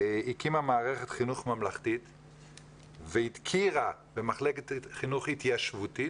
היא הקימה מערכת חינוך ממלכתית והכירה במחלקת חינוך התיישבותית